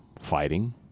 fighting